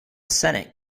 senate